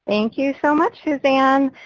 thank you so much suzanne.